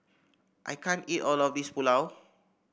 I can't eat all of this Pulao